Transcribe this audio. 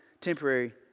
temporary